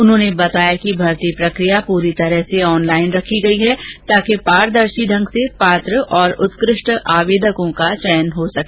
उन्होंने बताया कि भर्ती प्रक्रिया पूरी तरह से ऑनलाइन रखी गई है ताकि पारदर्शी ढंग से पात्र और उत्कृष्ट आवेदको का चयन हो सके